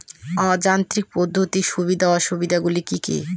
অযান্ত্রিক পদ্ধতির সুবিধা ও অসুবিধা গুলি কি কি?